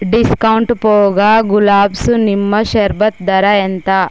discount పోగా గులాబ్స్ నిమ్మషర్బత్ ధర ఎంత